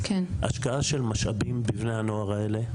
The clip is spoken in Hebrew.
השקעה של משאבים בבני הנוער האלה,